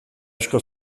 asko